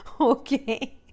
Okay